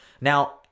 Now